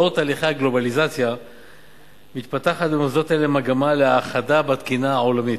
לאור תהלכי הגלובליזציה מתפתחת במוסדות אלה מגמה להאחדה בתקינה העולמית.